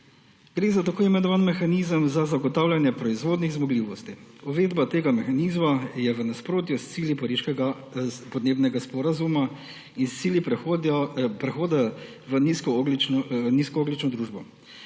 Gre za tako imenovani mehanizem za zagotavljanje proizvodnih zmogljivosti. Uvedba tega mehanizma je v nasprotju s cilji Pariškega podnebnega sporazuma in s cilji prehoda v nizkoogljično družbo.